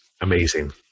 amazing